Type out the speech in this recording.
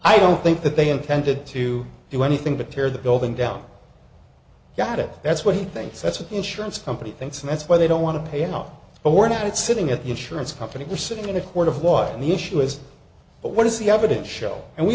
i don't think that they intended to do anything to tear the building down got it that's what he thinks that's what the insurance company thinks and that's why they don't want to pay out but we're not sitting at the insurance company we're sitting in a court of law and the issue is but what is the evidence show and we